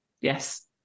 Yes